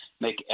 make